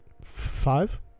five